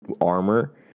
armor